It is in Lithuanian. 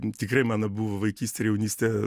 tikrai mano buvo vaikystė ir jaunystė